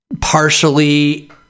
partially